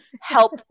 help